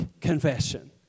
confession